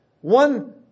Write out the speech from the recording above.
One